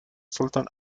sultan